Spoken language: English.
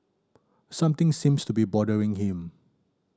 something seems to be bothering him